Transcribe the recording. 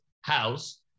house